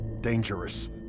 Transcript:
dangerous